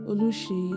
Olushi